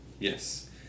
Yes